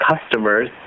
customers